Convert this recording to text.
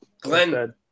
Glenn